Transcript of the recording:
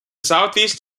southeast